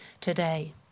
today